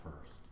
first